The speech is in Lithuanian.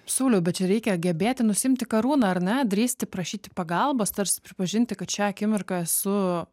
sauliau bet čia reikia gebėti nusiimti karūną ar ne drįsti prašyti pagalbos tarsi pripažinti kad šią akimirką esu